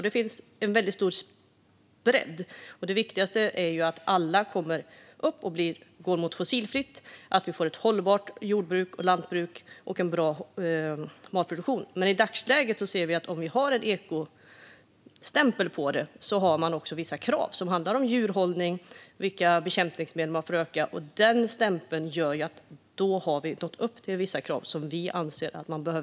Det finns en stor bredd, och det viktigaste är att alla går mot fossilfritt och att vi får ett hållbart jord och lantbruk och en bra matproduktion. Med ekostämpel kommer dock vissa krav på djurhållning och bekämpningsmedel, och dessa krav anser vi är viktiga att nå upp till.